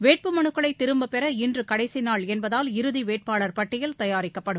வேட்புமலுக்களை திரும்பப்பெற இன்று கடைசி நாள் என்பதால் இறுதி வேட்பாளர் பட்டியல் தயாரிக்கப்படும்